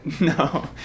No